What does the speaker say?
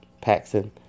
Paxson